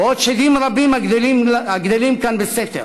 ועוד שדים רבים הגדלים כאן בסתר,